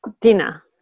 dinner